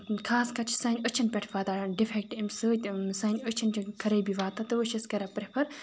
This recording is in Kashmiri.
خاص کَر چھِ سانہِ أچھَن پٮ۪ٹھ واتان ڈِفیکٹہٕ اَمہِ سۭتۍ سانہِ أچھَن چھُ خرٲبی واتان تَوَے چھِ أسۍ کَران پرٛفَر